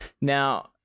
Now